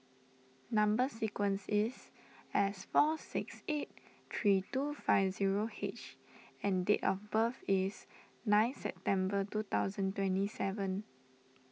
Number Sequence is S four six eight three two five zero H and date of birth is ninth September two thousand and twenty seven